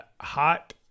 hot